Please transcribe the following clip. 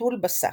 "חתול בשק".